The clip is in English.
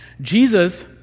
jesus